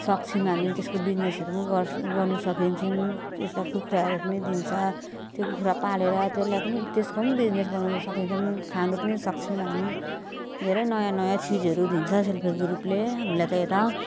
सक्छौँ हामी त्यसको बिजिनेसहरू गर्छ गर्नु सकिन्छ त्यस्ता कुखुराहरू पनि दिन्छ त्यो कुखुरा पालेर त्यसलाई पनि त्यसको बिजिनेस गर्नु सकिन्छ खानु पनि सक्छौँ हामी धेरै नयाँ नयाँ चिजहरू दिन्छ सेल्फ हेल्प ग्रुपले हामीलाई त यता